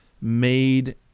made